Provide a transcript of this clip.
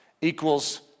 equals